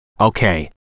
Okay